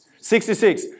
66